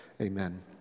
Amen